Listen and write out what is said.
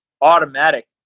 automatic